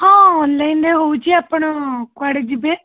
ହଁ ଅନ୍ଲାଇନ୍ରେ ହେଉଛି ଆପଣ କୁଆଡ଼େ ଯିବେ